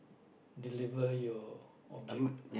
deliver your object~